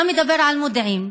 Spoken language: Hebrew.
אתה מדבר על מודיעין?